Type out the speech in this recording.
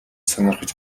сонирхож